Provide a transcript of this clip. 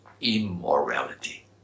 immorality